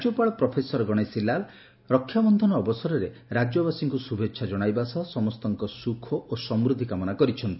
ରାଜ୍ୟପାଳ ପ୍ରଫେସର ଗଶେଶୀଲାଲ ରକ୍ଷାବକ୍ଷନ ଅବସରରେ ରାକ୍ୟବାସୀଙ୍କୁ ଶୁଭେଛା କଣାଇବା ସହ ସମସ୍ତଙ୍କ ସୁଖ ଓ ସମୂବ୍ବିର କାମନା କରିଛନ୍ତି